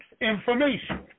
information